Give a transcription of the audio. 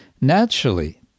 naturally